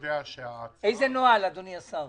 צריך לשבת מבוקר עד ערב ולהביא צוותים הכי טובים והכי מוכשרים,